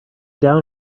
down